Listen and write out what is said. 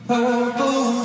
Purple